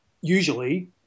usually